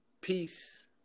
Peace